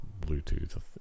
Bluetooth